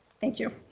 thank you.